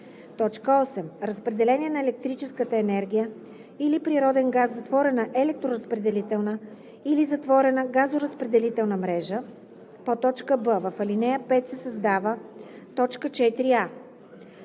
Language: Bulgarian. т. 8: „8. разпределение на електрическа енергия или природен газ в затворена електроразпределителна или затворена газоразпределителна мрежа;“ б) в ал. 5 се създава т. 4а: